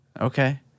Okay